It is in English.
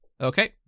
Okay